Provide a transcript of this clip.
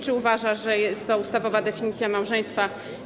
Czy uważa, że jest to ustawowa definicja małżeństwa?